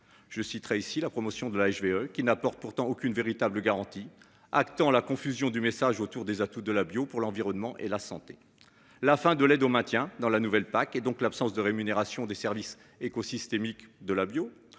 Je citerai ici la promotion de la HVE qui n'apporte pourtant aucune véritable garantie actant la confusion du message autour des atouts de la bio pour l'environnement et la santé. La fin de l'aide au maintien dans la nouvelle PAC et donc l'absence de rémunération des services éco-systémique de la bio.